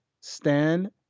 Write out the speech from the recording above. stand